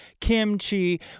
Kimchi